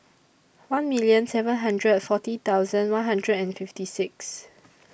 one million seven hundred and forty thousand one hundred and fifty six